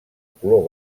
color